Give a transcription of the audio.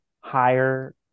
higher